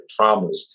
traumas